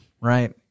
right